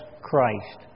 Christ